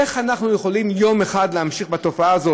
איך אנחנו יכולים שגם יום אחד תימשך התופעה הזאת?